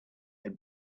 had